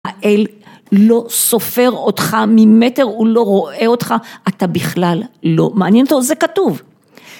‫האל לא סופר אותך ממטר, ‫הוא לא רואה אותך, ‫אתה בכלל לא מעניין אותו, ‫זה כתוב.